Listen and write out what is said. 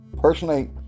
Personally